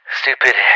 stupid